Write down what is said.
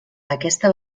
aquesta